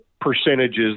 percentages